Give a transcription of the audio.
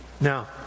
Now